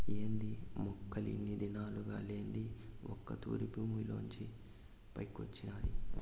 ఏంది మొక్క ఇన్ని దినాలుగా లేంది ఒక్క తూరె భూమిలోంచి పైకొచ్చినాది